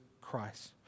Christ